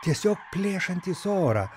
tiesiog plėšantys orą